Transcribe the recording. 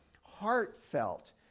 heartfelt